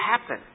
happen